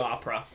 Opera